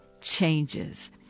changes